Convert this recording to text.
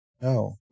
No